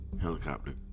helicopter